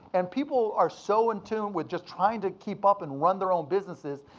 and people are so in tune with just trying to keep up and run their own businesses,